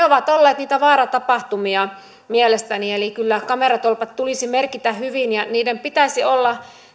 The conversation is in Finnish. ovat olleet niitä vaaratapahtumia mielestäni kyllä kameratolpat tulisi merkitä hyvin ja niiden pitäisi olla